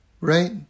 Right